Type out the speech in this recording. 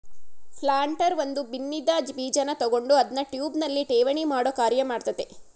planter ಒಂದು ಬಿನ್ನಿನ್ದ ಬೀಜನ ತಕೊಂಡು ಅದ್ನ ಟ್ಯೂಬ್ನಲ್ಲಿ ಠೇವಣಿಮಾಡೋ ಕಾರ್ಯ ಮಾಡ್ತದೆ